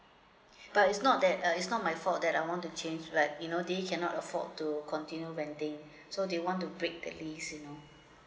but it's not that uh it's not my fault that I want to change like you know they cannot afford to continue renting so they want to break the lease you know